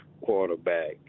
quarterback